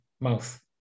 mouth